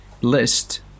list